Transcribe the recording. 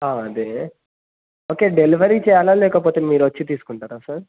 ఆ అదే okay delivery చేయాలా లేకపోతే మీరు వచ్చి తీసుకుంటారా సార్